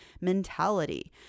mentality